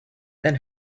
then